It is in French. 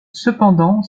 cependant